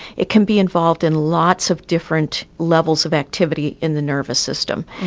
it can be involved in lots of different levels of activity in the nervous system.